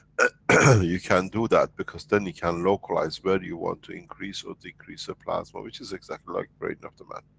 ah you can do that, because then you can localize where you want to increase or decrease a plasma, which is exactly like brain of the man.